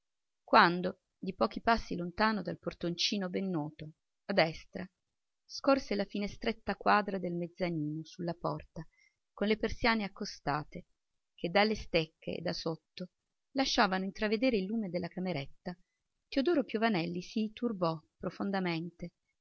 quando di pochi passi lontano dal portoncino ben noto a destra scorse la finestretta quadra del mezzanino sulla porta con le persiane accostate che dalle stecche e da sotto lasciavano intravedere il lume della cameretta teodoro piovanelli si turbò profondamente